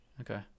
okay